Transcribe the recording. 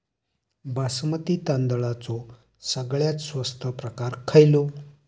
बासमती तांदळाचो सगळ्यात स्वस्त प्रकार खयलो?